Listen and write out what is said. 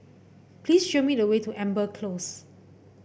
please show me the way to Amber Close